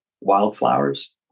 Wildflowers